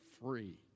free